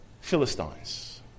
Philistines